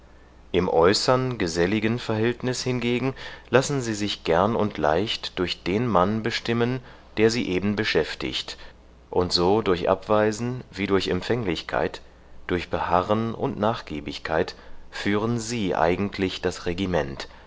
im äußern geselligen verhältnis hingegen lassen sie sich gern und leicht durch den mann bestimmen der sie eben beschäftigt und so durch abweisen wie durch empfänglichkeit durch beharren und nachgiebigkeit führen sie eigentlich das regiment